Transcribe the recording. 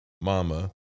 mama